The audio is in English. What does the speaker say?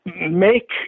make